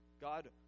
God